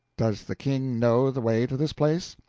does the king know the way to this place?